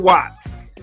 Watts